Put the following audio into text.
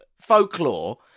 folklore